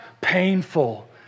painful